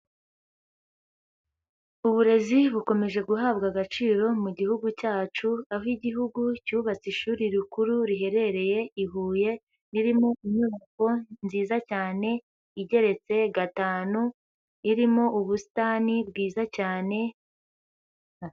Uburezi bukomeje guhabwa agaciro mu gihugu cyacu, aho igihugu cyubatse ishuri rikuru riherereye i Huye, ririmo inyubako nziza cyane igeretse gatanu irimo ubusitani bwiza cyane.